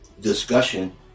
discussion